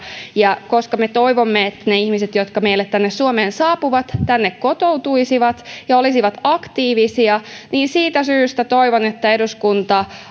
ja koska me toivomme että ne ihmiset jotka meille tänne suomeen saapuvat tänne kotoutuisivat ja olisivat aktiivisia siitä syystä toivon että eduskunta